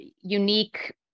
unique